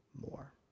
more